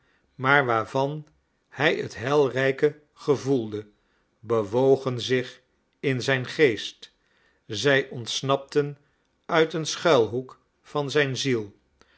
maar waarvan hij het heilrijke gevoelde bewogen zich in zijn geest zij ontsnapten uit een schuilhoek van zijn ziel